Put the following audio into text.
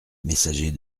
messager